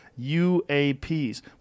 UAPs